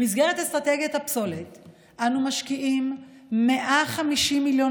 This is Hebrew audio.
במסגרת אסטרטגיית הפסולת אנו משקיעים 150 מיליון